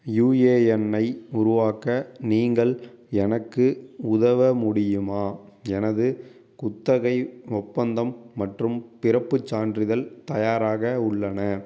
யுஏஎன்னை உருவாக்க நீங்கள் எனக்கு உதவ முடியுமா எனது குத்தகை ஒப்பந்தம் மற்றும் பிறப்புச் சான்றிதழ் தயாராக உள்ளன